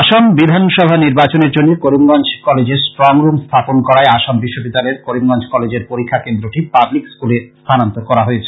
আসাম বিধানসভা নির্বাচনের জন্য করিমগঞ্জ কলেজে স্ট্রং রুম স্থাপন করায় আসাম বিশ্ববিদ্যালয়ের করিমগঞ্জ কলেজের পরীক্ষা কেন্দ্রটি পাবলিক স্কুলে স্থানান্তর করা হয়েছে